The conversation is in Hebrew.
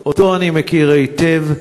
שאותו אני מכיר היטב.